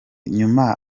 nyuma